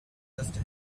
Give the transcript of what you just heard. just